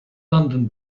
london